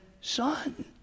Son